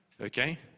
Okay